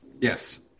Yes